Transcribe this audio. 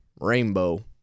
rainbow